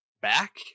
Back